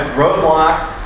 roadblocks